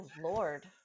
Lord